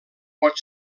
pot